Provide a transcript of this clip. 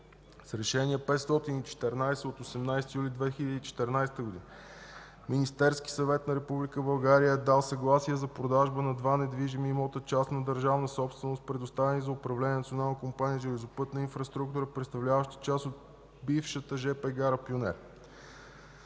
С Решение № 514 от 18 юли 2014 г. Министерският съвет на Република България е дал съгласие за продажба на два недвижими имота частна държавна собственост, предоставени за управление на Националната компания „Железопътна инфраструктура”, представляващи част от бившата жп гара Пионер.